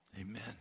Amen